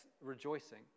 rejoicing